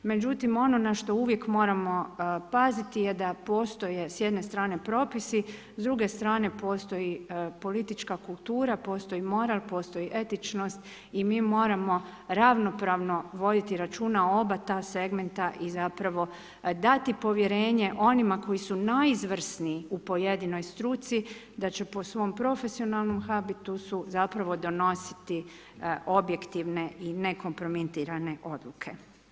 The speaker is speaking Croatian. Međutim, ono na što uvijek moramo paziti je da postoje s jedne strane propisi, s druge strane postoji politička kultura, postoji moral, postoji etičnost i mi moramo ravnopravno voditi računa o oba ta segmenta i zapravo dati povjerenje onima koji su najizvrsniji u pojedinoj struci da će po svom profesionalnom habitusu zapravo donositi objektivne i nekompromitirane odluke.